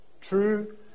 True